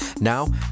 now